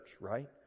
right